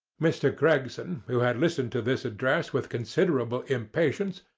mr. gregson, who had listened to this address with considerable impatience,